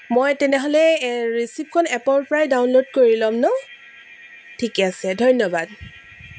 মই তেনেহ'লে ৰিচিপ্টখন এপৰ পৰাই ডাউনলোড কৰি ল'ম ন ঠিকে আছে ধন্যবাদ